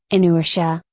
inertia,